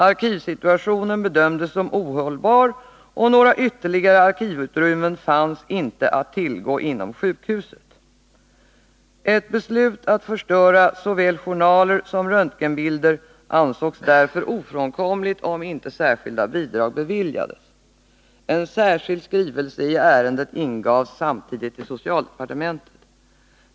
Arkivsituationen bedömdes som ohållbar och några ytterligare arkivutrymmen fanns inte att tillgå inom sjukhuset. Ett beslut att förstöra såväl journaler som röntgenbilder ansågs därför ofrånkomligt, om inte särskilda bidrag beviljades. En särskild skrivelse i ärendet ingavs samtidigt till socialdepartementet.